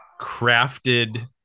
crafted